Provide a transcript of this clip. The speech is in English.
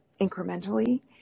incrementally